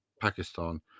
Pakistan